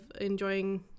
enjoying